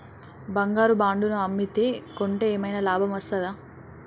బంగారు బాండు ను అమ్మితే కొంటే ఏమైనా లాభం వస్తదా?